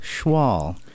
Schwal